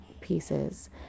pieces